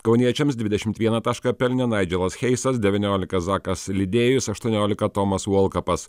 kauniečiams dvidešimt vieną tašką pelnė naidželas heisas devyniolika zakas lidėjus aštuoniolika tomas volkapas